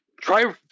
try